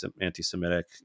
anti-Semitic